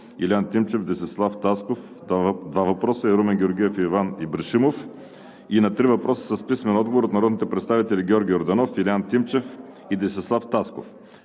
Илиян Тимчев и Десислав Тасков – два въпроса, и Румен Георгиев и Иван Ибришимов; на три въпроса с писмен отговор от народните представители Георги Йорданов, Илиян Тимчев и Десислав Тасков;